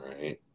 right